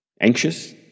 anxious